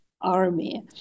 army